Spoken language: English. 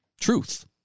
truth